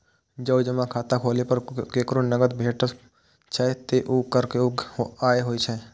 जौं जमा खाता खोलै पर केकरो नकद बोनस भेटै छै, ते ऊ कर योग्य आय होइ छै